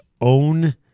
own